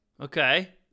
Okay